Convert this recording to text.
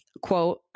quote